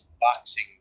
Boxing